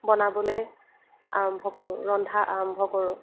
বনাবলৈ আৰম্ভ কৰোঁ ৰন্ধা আৰম্ভ কৰোঁ